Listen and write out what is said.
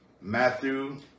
Matthew